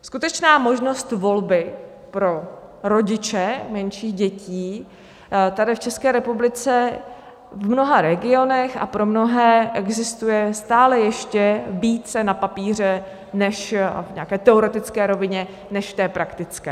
Skutečná možnost volby pro rodiče menších dětí v České republice v mnoha regionech a pro mnohé existuje stále ještě více na papíře a v nějaké teoretické rovině než v té praktické.